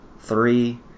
three